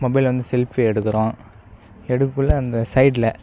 mobile வந்து selfie எடுக்கறோம் எடுக்கக்குள்ளே அந்த சைட்டில்